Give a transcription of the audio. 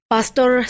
Pastor